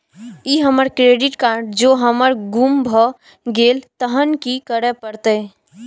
ई हमर credit card जौं हमर गुम भ गेल तहन की करे परतै?